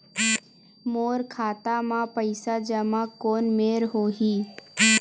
मोर खाता मा पईसा जमा कोन मेर होही?